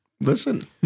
listen